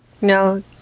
No